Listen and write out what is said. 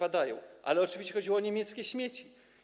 Ale oczywiście chodziło o niemieckie śmieci.